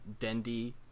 Dendi